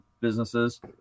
businesses